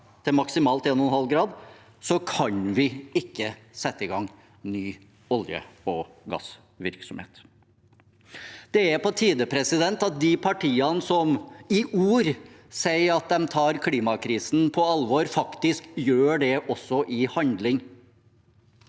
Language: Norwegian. til maksimalt 1,5 grad, kan vi ikke sette i gang ny olje- og gassvirksomhet. Det er på tide at de partiene som i ord sier at de tar klimakrisen på alvor, faktisk gjør det også i handling.